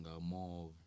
More